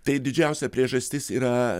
tai didžiausia priežastis yra